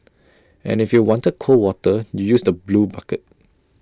and if you wanted cold water you use the blue bucket